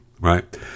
Right